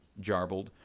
jarbled